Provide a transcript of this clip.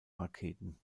raketen